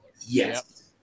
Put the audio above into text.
Yes